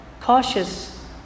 cautious